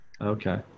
Okay